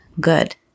good